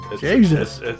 Jesus